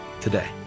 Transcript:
today